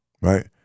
right